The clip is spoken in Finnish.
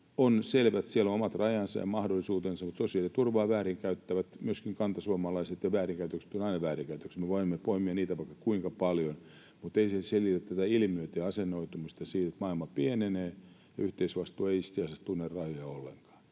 on selvä, että siellä on omat rajansa ja mahdollisuutensa, mutta sosiaaliturvaa väärinkäyttävät myöskin kantasuomalaiset, ja väärinkäytökset ovat aina väärinkäytöksiä. Me voimme poimia niitä vaikka kuinka paljon, mutta ei se selitä tätä ilmiötä ja asennoitumista siihen, että maailma pienenee ja yhteisvastuu ei itse asiassa tunne rajoja ollenkaan.